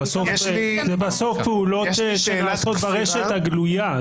זה בסוף פעולות שנעשות ברשת הגלויה.